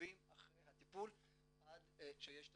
עוקבים אחרי הטיפול עד שיש תוצאה.